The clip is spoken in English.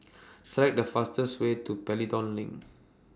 Select The fastest Way to Pelton LINK